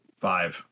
Five